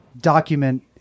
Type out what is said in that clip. document